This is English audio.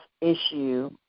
issue